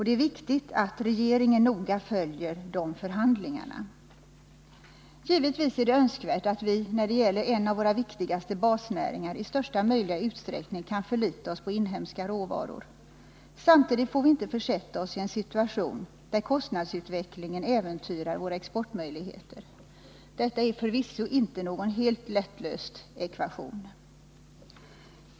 Det är viktigt att regeringen noga följer de förhandlingarna. Givetvis är det önskvärt att vi, när det gäller en av våra viktigaste basnäringar, i största möjliga utsträckning kan förlita oss på inhemska råvaror. Samtidigt får vi inte försätta oss i en situation där kostnadsutvecklingen äventyrar våra exportmöjligheter — detta är förvisso inte en helt lättlöst ekvation.